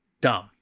Dumb